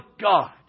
God